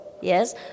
yes